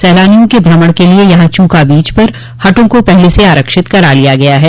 सैलानियों ने भ्रमण के लिए यहां चूका बीच पर हटों को पहले ही आरक्षित करा लिया है